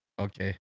Okay